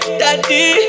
daddy